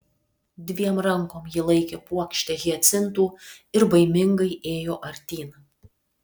dviem rankom ji laikė puokštę hiacintų ir baimingai ėjo artyn